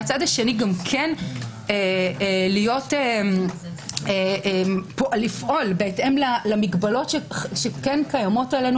מהצד השני גם כן להיות לפעול בהתאם למגבלות שקיימות עלינו